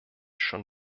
schon